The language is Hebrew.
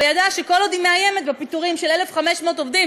וידעה שכל עוד היא מאיימת בפיטורים של 1,500 עובדים,